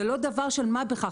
זה לא דבר של מה בכך.